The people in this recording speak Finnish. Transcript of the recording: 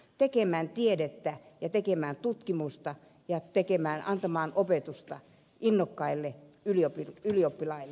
tekemään tiedettä ja tekemään tutkimusta ja antamaan opetusta innokkaille ylioppilaille